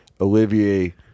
Olivier